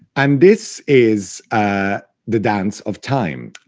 and this is the dance of time.